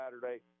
Saturday